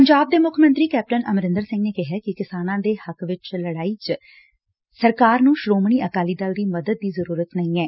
ਪੰਜਾਬ ਦੇ ਮੁੱਖ ਮੰਤਰੀ ਕੈਪਟਨ ਅਮਰੰਦਰ ਸਿੰਘ ਨੇ ਕਿਹੈ ਕਿ ਕਿਸਾਨਾਂ ਦੇ ਹੱਕ ਦੀ ਲੜਾਈ ਚ ਸਰਕਾਰ ਨੂੰ ਸ੍ਰੋਮਣੀ ਅਕਾਲੀ ਦਲ ਦੀ ਮਦਦ ਦੀ ਜ਼ਰੁਰਤ ਨਹੀਂ ਏ